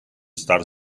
star